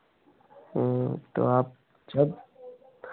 तो आप जब